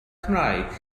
cymraeg